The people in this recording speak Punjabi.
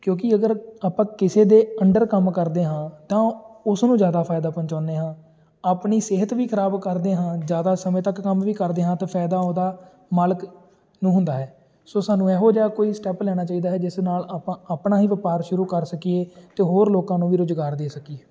ਕਿਉਂਕਿ ਅਗਰ ਆਪਾਂ ਕਿਸੇ ਦੇ ਅੰਡਰ ਕੰਮ ਕਰਦੇ ਹਾਂ ਤਾਂ ਉਸ ਨੂੰ ਜ਼ਿਆਦਾ ਫ਼ਾਇਦਾ ਪਹੁੰਚਾਉਂਦੇ ਹਾਂ ਆਪਣੀ ਸਿਹਤ ਵੀ ਖ਼ਰਾਬ ਕਰਦੇ ਹਾਂ ਜ਼ਿਆਦਾ ਸਮੇਂ ਤੱਕ ਕੰਮ ਵੀ ਕਰਦੇ ਹਾਂ ਤਾਂ ਫ਼ਾਇਦਾ ਉਹਦਾ ਮਾਲਿਕ ਨੂੰ ਹੁੰਦਾ ਹੈ ਸੋ ਸਾਨੂੰ ਇਹੋ ਜਿਹਾ ਕੋਈ ਸਟੈੱਪ ਲੈਣਾ ਚਾਹੀਦਾ ਹੈ ਜਿਸ ਨਾਲ ਆਪਾਂ ਆਪਣਾ ਹੀ ਵਪਾਰ ਸ਼ੁਰੂ ਕਰ ਸਕੀਏ ਅਤੇ ਹੋਰ ਲੋਕਾਂ ਨੂੰ ਵੀ ਰੁਜ਼ਗਾਰ ਦੇ ਸਕੀਏ